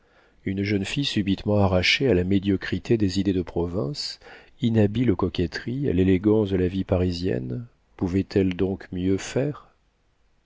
une jeune fille subitement arrachée à la médiocrité des idées de province inhabile aux coquetteries à l'élégance de la vie parisienne pouvait-elle donc mieux faire